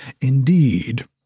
Indeed